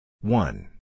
One